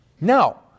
Now